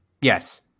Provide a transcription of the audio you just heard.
Yes